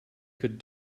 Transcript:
could